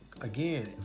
Again